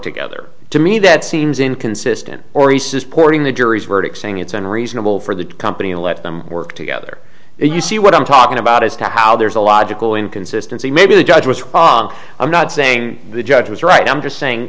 together to me that seems inconsistent or he says porting the jury's verdict saying it's unreasonable for the company to let them work together you see what i'm talking about as to how there's a logical inconsistency maybe the judge was i'm not saying the judge was right i'm just saying